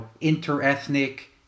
inter-ethnic